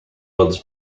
odds